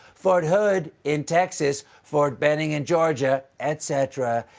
fort hood in texas, fort benning in georgia, etc.